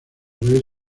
vez